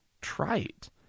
trite